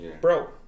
Bro